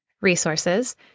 resources